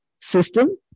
system